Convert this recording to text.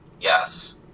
Yes